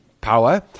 power